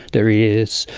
their ears,